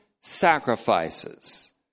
sacrifices